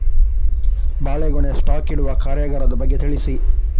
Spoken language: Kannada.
ಬಾಳೆಗೊನೆ ಸ್ಟಾಕ್ ಇಡುವ ಕಾರ್ಯಗಾರದ ಬಗ್ಗೆ ತಿಳಿಸಿ